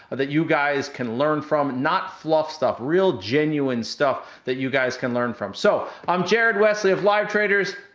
that you guys can learn from, not fluff stuff. real genuine stuff, that you guys can learn from. so, i'm jared wesley of live traders.